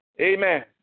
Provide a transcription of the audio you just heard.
Amen